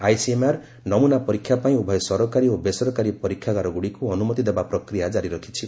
ICMR ନମ୍ମନା ପରୀକ୍ଷା ପାଇଁ ଉଭୟ ସରକାରୀ ଓ ବେସରକାରୀ ପରୀକ୍ଷାଗାର ଗୁଡ଼ିକୁ ଅନୁମତି ଦେବା ପ୍ରକ୍ରିୟା କାରି ରଖିଛି